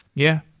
yeah.